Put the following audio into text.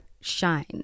shine